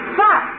Stop